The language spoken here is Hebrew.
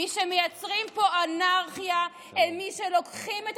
מי שמייצרים פה אנרכיה הם מי שלוקחים את